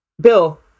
Bill